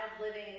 living